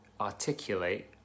articulate